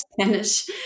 Spanish